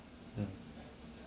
mm